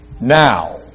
Now